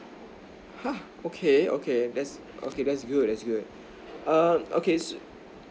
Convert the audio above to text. ah okay okay that's okay that's good that's good um okay